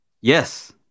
Yes